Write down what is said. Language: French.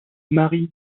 marie